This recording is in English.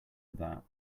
that